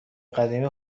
قدیمی